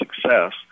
success